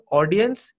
audience